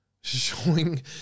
Showing